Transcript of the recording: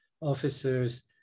officers